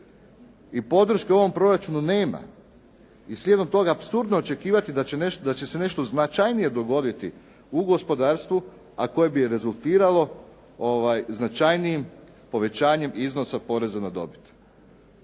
i podrške ovom proračunu nema. I slijedom toga apsurdno je očekivati da će se nešto značajnije dogoditi u gospodarstvu, a koje bi rezultiralo značajnijim povećanjem iznosa poreza na dobit.